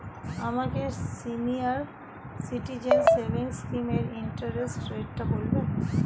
আমাকে senior citizen savings স্কিমের interest রেটটা বলবেন